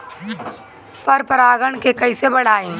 पर परा गण के कईसे बढ़ाई?